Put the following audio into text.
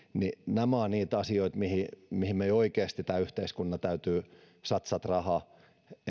nämä ovat niitä asioita mihin meidän tämän yhteiskunnan oikeasti täytyy satsata rahaa